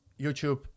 ...YouTube